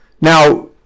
Now